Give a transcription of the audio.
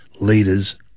leaders